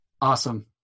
Awesome